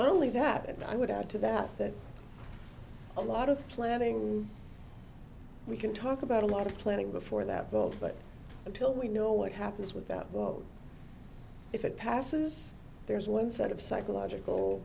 happened i would add to that that a lot of planning we can talk about a lot of planning before that vote but until we know what happens with that was if it passes there's one set of psychological